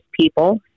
people